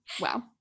Wow